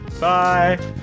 Bye